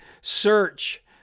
search